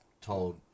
told